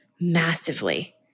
massively